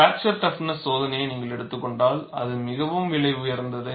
fracture toughness சோதனையை நீங்கள் எடுத்துக் கொண்டால் அது மிகவும் விலை உயர்ந்தது